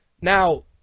Now